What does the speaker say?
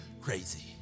crazy